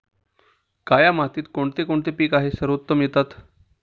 काया मातीत कोणते कोणते पीक आहे सर्वोत्तम येतात?